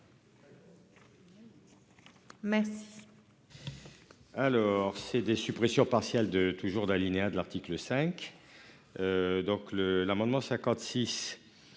Merci.